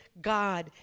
God